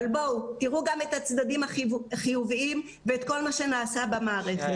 אבל תראו גם את הצדדים החיוביים ואת כל מה שנעשה במערכת.